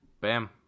Bam